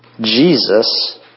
Jesus